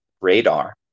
radar